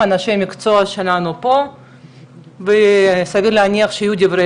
אנשי המקצוע שלנו פה וסביר להניח שיהיו דברי